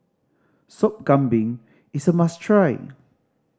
Sop Kambing is a must try